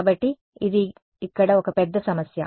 కాబట్టి అది ఇక్కడ ఒక పెద్ద సమస్య